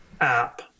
app